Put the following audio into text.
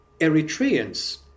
Eritreans